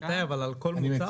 איתי, אבל על כל מוצר?